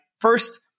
first